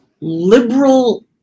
liberal